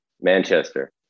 Manchester